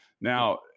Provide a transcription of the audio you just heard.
Now